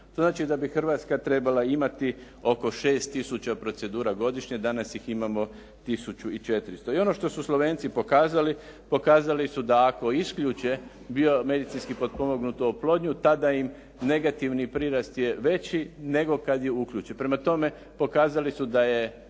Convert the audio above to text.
To znači da bi Hrvatska trebala imati oko 6 tisuća procedura godišnje. Danas ih imamo tisuću i 400. I ono što su Slovenci pokazali, pokazali su da ako isključe biomedicinski potpomognutu oplodnju, tada im je negativni prirast veći, nego kada je uključe. Prema tome, pokazali su da je